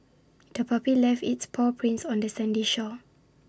the puppy left its paw prints on the sandy shore